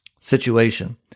situation